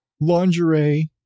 lingerie